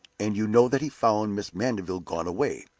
and you know that he found mrs. mandeville gone away,